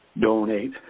donate